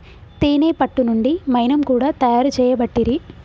తేనే పట్టు నుండి మైనం కూడా తయారు చేయబట్టిరి